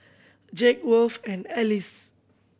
Jake Worth and Alyce